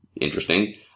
interesting